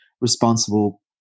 responsible